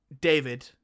David